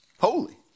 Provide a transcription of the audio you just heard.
holy